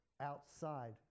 outside